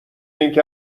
اینکه